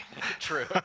True